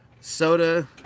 soda